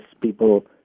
people